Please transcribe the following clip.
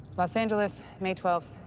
los angeles, may twelfth,